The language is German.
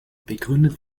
begründet